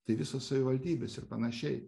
tai visos savivaldybės ir panašiai